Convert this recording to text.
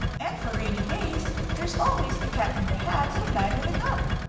and for rainy days, there's always the cat in the hat to liven it up!